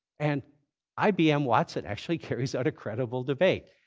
and ibm watson actually carries out a credible debate.